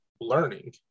learning